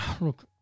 Look